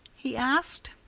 he asked.